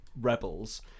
rebels